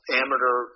amateur